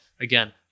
again